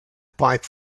pipe